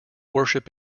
worship